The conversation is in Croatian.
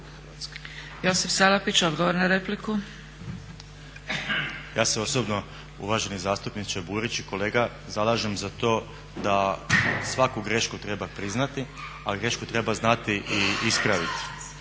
**Salapić, Josip (HDSSB)** Ja se osobno uvaženi zastupniče Burić i kolega zalažem za to da svaku grešku treba priznati, ali grešku treba znati i ispraviti.